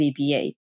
VBA